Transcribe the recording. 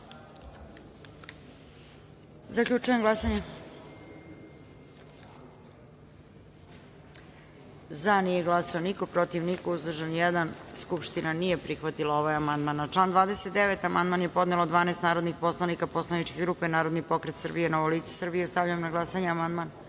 amandman. Zaključujem glasanje: za – nije glasao niko, protiv – niko, uzdržan – jedan. Skupština nije prihvatila amandman. Na član 69. amandman je podnelo 12 narodnih poslanika poslaničke grupe Narodni pokret Srbije – Novo lice Srbije. Stavljam na glasanje